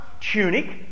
tunic